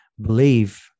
believe